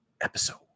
episode